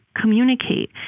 communicate